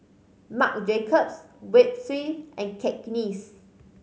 Marc Jacobs Schweppes and Cakenis